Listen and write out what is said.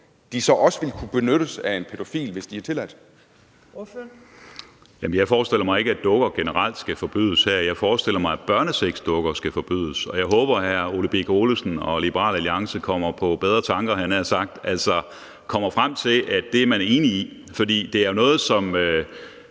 Ordføreren. Kl. 11:21 Peter Skaarup (DF): Jamen jeg forestiller mig ikke, at dukker generelt skal forbydes med det her. Jeg forestiller mig, at børnesexdukker skal forbydes, og jeg håber, at hr. Ole Birk Olesen og Liberal Alliance kommer på bedre tanker, havde jeg nær sagt, altså kommer frem til, at det er man enig i. For det er jo noget, som